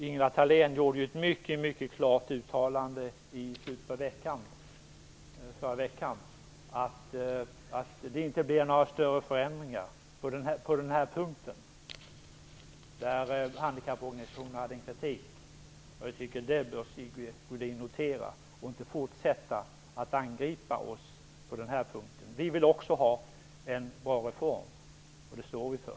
Ingela Thalén uttalade i slutet av förra veckan mycket klart att det inte blir några större förändringar på den här punkten - handikapporganisationerna hade då inte tid. Sigge Godin bör notera det och inte fortsätta att angripa oss på den här punkten. Vi vill också ha en bra reform, och det står vi för.